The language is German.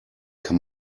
kann